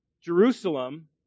Jerusalem